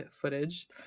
footage